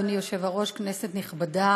אדוני היושב-ראש, כנסת נכבדה,